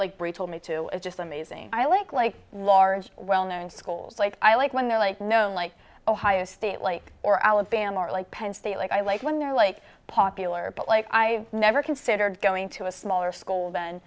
y told me too it's just amazing i like like large well known schools like i like when they're like no like ohio state like or alabama or like penn state like i like when they're like popular but like i never considered going to a smaller school then